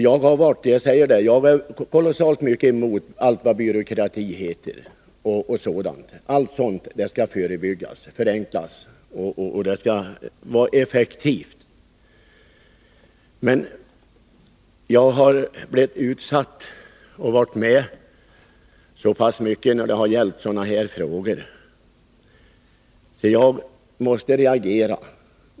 Jag vill först säga att jag är kolossalt mycket emot allt vad byråkrati heter. Allt sådant skall motverkas, och arbetet skall förenklas och göras effektivt. Meni det här fallet har jag blivit så påverkad av vad man berättat för mig och jag har sådana erfarenheter när det gäller de här frågorna att jag måste reagera.